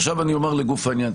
עכשיו אני אומר לגוף העניין.